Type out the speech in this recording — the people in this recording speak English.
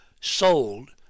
sold